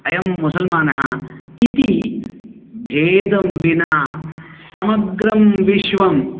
अयं मुसल्मानः इति भेदं विना समग्रं विश्वं